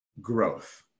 growth